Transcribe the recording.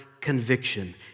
conviction